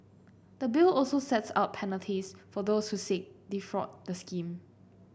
the Bill also sets out penalties for those who seek defraud the scheme